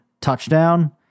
touchdown